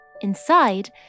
Inside